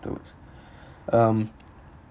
two weeks um